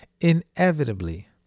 Inevitably